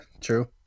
true